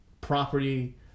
property